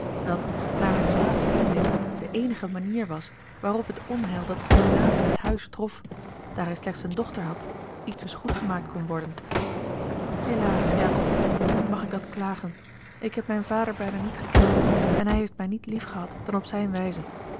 dat naar mijns vaders inzicht de eenige manier was waarop het onheil dat zijn naam en huis trof daar hij slechts eene dochter had ietwes goedgemaakt kon worden helaas jacob u mag ik dat klagen ik heb mijn vader bijna niet gekend en hij heeft mij niet liefgehad dan op zijne wijze